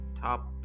top